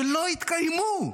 שלא התקיימו.